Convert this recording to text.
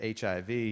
HIV